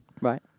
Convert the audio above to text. Right